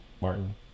Martin